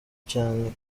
cyane